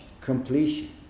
completion